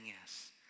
yes